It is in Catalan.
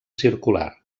circular